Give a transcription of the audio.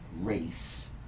race